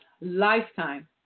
lifetime